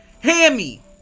Hammy